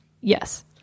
Yes